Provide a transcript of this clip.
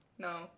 no